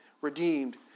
redeemed